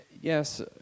Yes